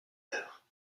oeuvre